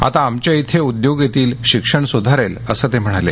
आता आमच्या इथे उद्योग येतील शिक्षण सुधारेल असं म्हणाले